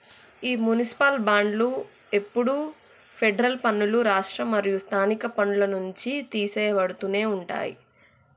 ఈ మునిసిపాల్ బాండ్లు ఎప్పుడు ఫెడరల్ పన్నులు, రాష్ట్ర మరియు స్థానిక పన్నుల నుంచి తీసెయ్యబడుతునే ఉంటాయి